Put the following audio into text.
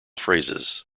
phrases